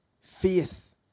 Faith